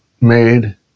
made